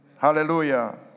Hallelujah